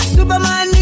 Superman